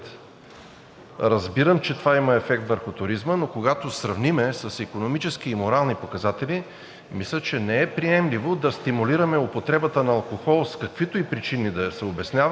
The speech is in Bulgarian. Разбирам, че това има ефект върху туризма, но когато сравним с икономически и морални показатели, мисля, че не е приемливо да стимулираме употребата на алкохол с каквито и причини да се обяснява,